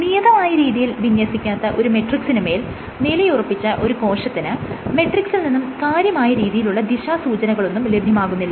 നിയതമായ രീതിയിൽ വിന്യസിക്കാത്ത ഒരു മെട്രിക്സിനുമേൽ നിലയുറപ്പിച്ച ഒരു കോശത്തിന് മെട്രിക്സിൽ നിന്നും കാര്യമായ രീതിയിലുള്ള ദിശാസൂചനകളൊന്നും ലഭ്യമാകുന്നില്ല